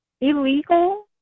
illegal